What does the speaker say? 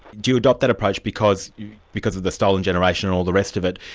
do you adopt that approach because because of the stolen generation and all the rest of it,